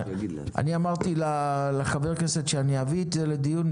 אמרתי לחבר הכנסת שאביא את זה לדיון,